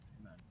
Amen